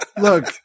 Look